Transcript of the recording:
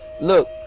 look